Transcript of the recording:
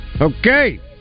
Okay